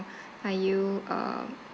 okay are you uh